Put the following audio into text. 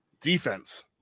Defense